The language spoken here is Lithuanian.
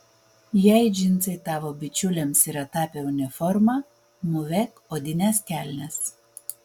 jei džinsai tavo bičiulėms yra tapę uniforma mūvėk odines kelnes